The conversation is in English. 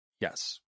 Yes